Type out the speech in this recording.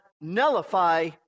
nullify